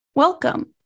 Welcome